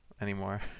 anymore